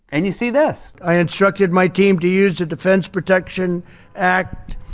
and you see this. i instructed my team to use the defense protection act.